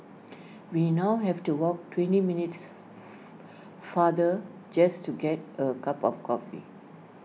we now have to walk twenty minutes farther just to get A cup of coffee